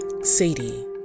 Sadie